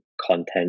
content